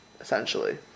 essentially